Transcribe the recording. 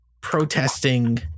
protesting